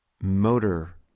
motor